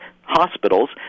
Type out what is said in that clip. hospitals